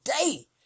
day